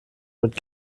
mit